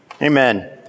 Amen